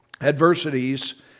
adversities